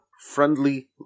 friendly